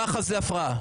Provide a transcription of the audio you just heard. ככה זה הפרעה.